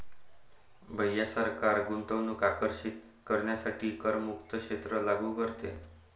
भैया सरकार गुंतवणूक आकर्षित करण्यासाठी करमुक्त क्षेत्र लागू करते